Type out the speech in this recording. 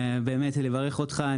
באמת לברך אותך.